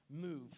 move